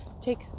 take